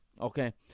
okay